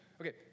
Okay